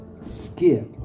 skip